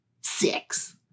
six